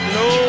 no